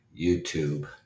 YouTube